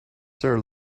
sir